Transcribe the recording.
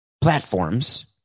platforms